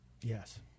Yes